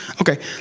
Okay